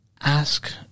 ask